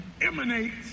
emanates